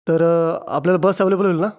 तर आपल्याला bus available होईल ना